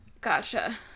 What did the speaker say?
gotcha